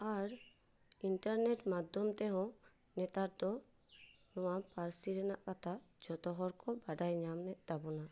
ᱟᱨ internet ᱢᱟᱫᱽᱫᱷᱚᱢ ᱛᱮᱦᱚᱸ ᱱᱮᱛᱟᱨ ᱫᱚ ᱱᱚᱣᱟ ᱯᱟᱹᱨᱥᱤ ᱨᱮᱱᱟᱜ ᱠᱟᱛᱷᱟ ᱡᱚᱛᱚ ᱦᱚᱠᱚ ᱵᱟᱰᱟᱭ ᱧᱟᱢᱮᱫ ᱛᱟᱵᱚᱱᱟ